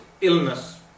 illness